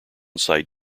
site